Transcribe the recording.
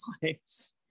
place